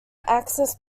access